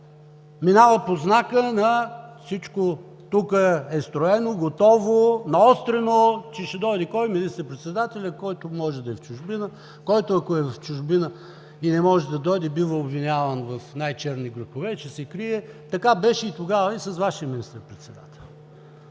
минава под знака: всичко тук е строено, готово, наострено, че ще дойде кой – министър-председателят, който може да е в чужбина, който, ако е в чужбина и не може да дойде, бива обвиняван в най-черни грехове, че се крие. Така беше тогава и с Вашия министър-председател.